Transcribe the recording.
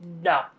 No